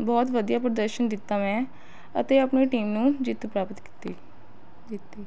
ਬਹੁਤ ਵਧੀਆ ਪ੍ਰਦਰਸ਼ਨ ਦਿੱਤਾ ਮੈਂ ਅਤੇ ਆਪਣੀ ਟੀਮ ਨੂੰ ਜਿੱਤ ਪ੍ਰਾਪਤ ਕੀਤੀ ਦਿੱਤੀ